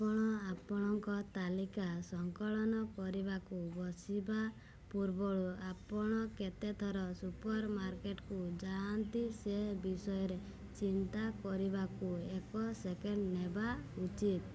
ଆପଣ ଆପଣଙ୍କ ତାଲିକା ସଂକଳନ କରିବାକୁ ବସିବା ପୂର୍ବରୁ ଆପଣ କେତେଥର ସୁପରମାର୍କେଟକୁ ଯାଆନ୍ତି ସେ ବିଷୟରେ ଚିନ୍ତା କରିବାକୁ ଏକ ସେକେଣ୍ଡ୍ ନେବା ଉଚିତ୍